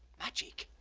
magic?